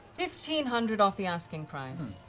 fifteen hundred off the asking price.